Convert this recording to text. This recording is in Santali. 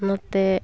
ᱱᱚᱛᱮ